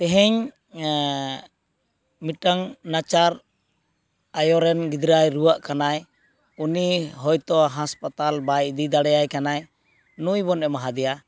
ᱛᱮᱦᱮᱧ ᱢᱤᱫᱴᱟᱝ ᱱᱟᱪᱟᱨ ᱟᱭᱳᱨᱮᱱ ᱜᱤᱫᱽᱨᱟᱭ ᱨᱩᱣᱟᱹᱜ ᱠᱟᱱᱟᱭ ᱩᱱᱤ ᱦᱚᱭᱛᱚ ᱦᱟᱸᱥᱯᱟᱛᱟᱞ ᱵᱟᱭ ᱤᱫᱤ ᱫᱟᱲᱮᱭᱟᱭ ᱠᱟᱱᱟᱭ ᱱᱩᱭᱵᱚᱱ ᱮᱢᱟᱣᱟᱫᱮᱭᱟ